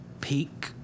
Peak